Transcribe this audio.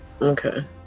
Okay